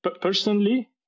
Personally